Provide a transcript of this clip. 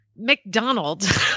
McDonald